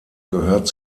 gehört